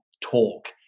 talk